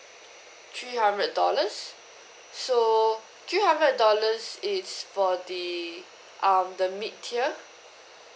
three hundred dollars so three hundred dollars it's for the um the mid tier